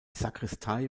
sakristei